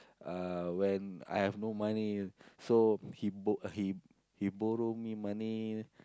uh when I have no money so he book he he borrow me money